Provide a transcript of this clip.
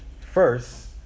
First